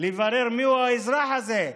לברר מיהו האזרח הזה.